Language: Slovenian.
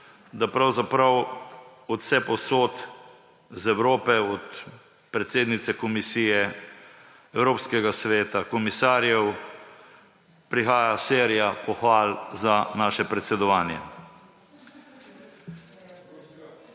da pravzaprav od vsepovsod iz Evrope, od predsednice Komisije, Evropskega sveta, komisarjev, prihaja serija pohval za naše predsedovanje./